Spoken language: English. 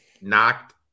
knocked